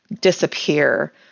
disappear